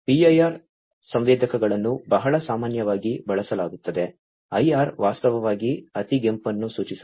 PIR ಸಂವೇದಕಗಳನ್ನು ಬಹಳ ಸಾಮಾನ್ಯವಾಗಿ ಬಳಸಲಾಗುತ್ತದೆ IR ವಾಸ್ತವವಾಗಿ ಅತಿಗೆಂಪನ್ನು ಸೂಚಿಸುತ್ತದೆ